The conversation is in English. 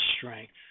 strength